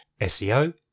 SEO